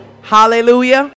Hallelujah